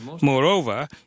Moreover